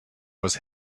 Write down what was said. was